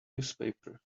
newspaper